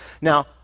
now